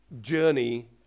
journey